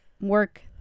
work